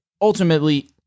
Ultimately